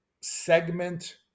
segment